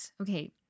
okay